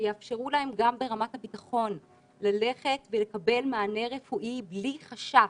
שיאפשרו להם גם ברמת הביטחון ללכת ולקבל מענה רפואי בלי חשש,